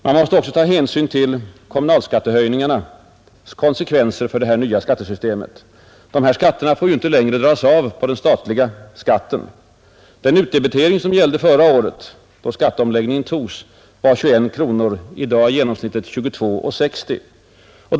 Man måste också ta hänsyn till kommunalskattehöjningarnas konsekvenser i det nya skattesystemet. Kommunalskatterna får ju inte längre dras av i deklarationen till statlig skatt. Den utdebitering som gällde förra året, då skatteomläggningen togs, var 21 kronor. I dag är genomsnittet 22:60.